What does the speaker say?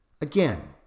Again